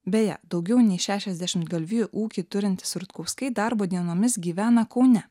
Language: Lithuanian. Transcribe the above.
beje daugiau nei šešiasdešimt galvijų ūkį turintys rutkauskai darbo dienomis gyvena kaune